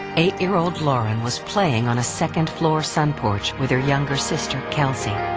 eight-year old lauren was playing on a second floor sun porch with her younger sister kelley.